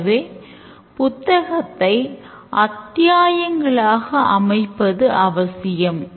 எனவே புத்தகத்தை அத்தியாயங்களாக அமைப்பது அவசியம்